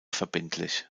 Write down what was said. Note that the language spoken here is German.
verbindlich